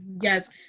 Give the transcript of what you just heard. yes